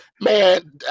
man